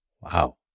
Wow